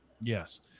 Yes